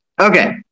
Okay